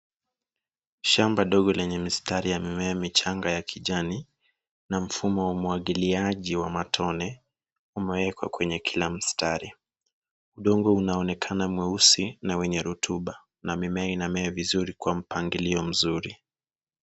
Shamba ndogo lenye mistari ya mimea michanga ya kijani na mfumo wa umwagiliaji wa matone umeekwa kwenye kila mstari. Udongo unaonekana mweusi na wenye rutuba na mimea inamea vizuri kwa mpangilio mzuri.